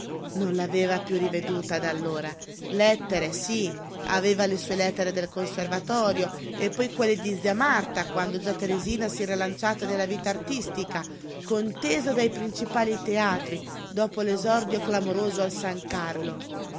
non l'aveva piú riveduta da allora lettere sí aveva le sue lettere dal conservatorio e poi quelle di zia marta quando già teresina si era lanciata nella vita artistica contesa dai principali teatri dopo l'esordio clamoroso al san carlo